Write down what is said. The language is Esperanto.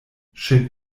ŝin